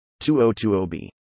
2020b